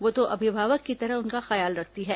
वो तो अभिभावक की तरह उनका ख्याल रखती है